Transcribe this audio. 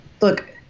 look